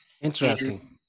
Interesting